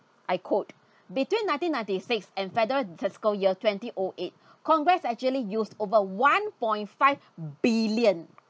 I quote between nineteen ninety six and federal fiscal year twenty o eight congress actually used over one point five billion